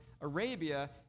Arabia